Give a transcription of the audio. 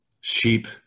sheep